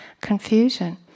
confusion